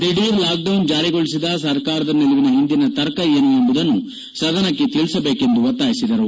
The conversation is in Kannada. ದಿಢೀರ್ ಲಾಕ್ಡೌನ್ ಜಾರಿಗೊಳಿಸಿದ ಸರ್ಕಾರದ ನಿಲುವಿನ ಹಿಂದಿರುವ ತರ್ಕ ಏನು ಎಂಬುದನ್ನು ಸದನಕ್ಕೆ ತಿಳಿಸಬೇಕೆಂದು ಒತ್ತಾಯಿಸಿದರು